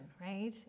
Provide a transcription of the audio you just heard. right